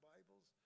Bibles